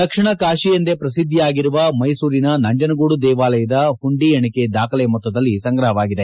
ದಕ್ಷಿಣ ಕಾಶಿ ಎಂದೇ ಪ್ರಸಿದ್ಧಿಯಾದ ಮೈಸೂರಿನ ನಂಜನಗೂಡು ದೇವಾಲಯದ ಹುಂಡಿ ಎಣಿಕೆ ದಾಖಲೆ ಮೊತ್ತದಲ್ಲಿ ಸಂಗ್ರಹವಾಗಿದೆ